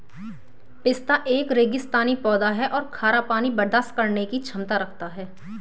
पिस्ता एक रेगिस्तानी पौधा है और खारा पानी बर्दाश्त करने की क्षमता रखता है